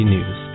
News